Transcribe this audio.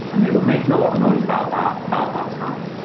and they were making a lot of noise about that about that time.